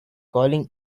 calling